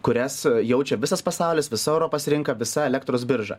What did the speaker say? kurias jaučia visas pasaulis visa europos rinka visa elektros birža